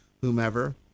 whomever